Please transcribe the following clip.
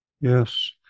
Yes